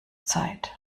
zeit